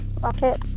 rocket